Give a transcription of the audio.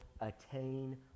attain